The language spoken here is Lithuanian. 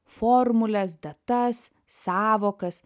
formules datas sąvokas